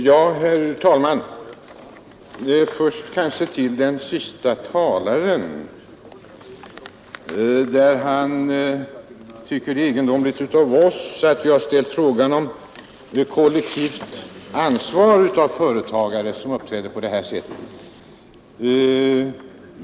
Herr talman! Först några ord till den senaste talaren. Han tycker det är egendomligt att vi har ställt frågan om ett kollektivt ansvar för företagare som uppträder på detta sätt.